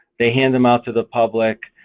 they hand them out to the public,